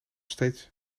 steeds